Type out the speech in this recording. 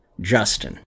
Justin